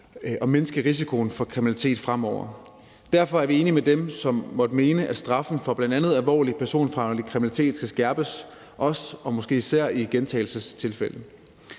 at mindske risikoen for kriminalitet fremover. Derfor er vi enige med dem, som måtte mene, at straffen for bl.a. alvorlig personfarlig kriminalitet skal skærpes, også og måske især i gentagelsestilfælde.